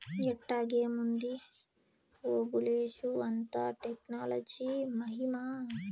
ఎట్టాగేముంది ఓబులేషు, అంతా టెక్నాలజీ మహిమా